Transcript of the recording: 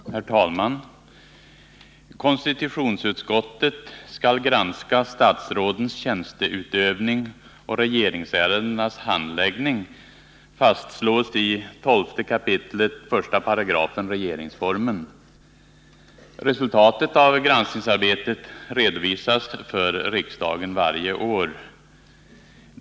Herr talman! ”Konstitutionsutskottet skall granska statsrådens tjänsteutövning och regeringsärendenas handläggning”, fastslås i 12 kap. 1§ regeringsformen. Resultatet av granskningsarbetet redovisas för riksdagen varje år.